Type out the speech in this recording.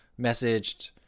messaged